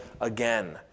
again